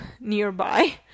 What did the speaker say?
nearby